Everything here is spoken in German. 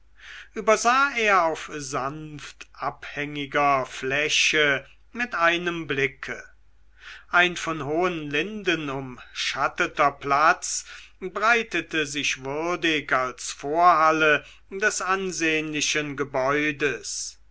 übersah er auf sanft abhängiger fläche mit einem blicke ein von hohen linden umschatteter platz breitete sich würdig als vorhalle des ansehnlichen gebäudes